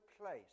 place